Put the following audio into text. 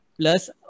Plus